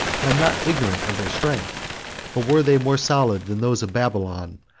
i am not ignorant of their strength but were they more solid than those of babylon,